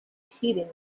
heating